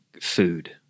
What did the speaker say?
food